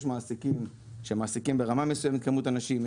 יש מעסיקים שמעסיקים ברמה מסוימת מספר אנשים,